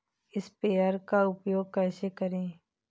Sprayer का उपयोग कैसे करें?